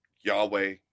Yahweh